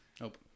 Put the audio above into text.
Nope